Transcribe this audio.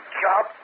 job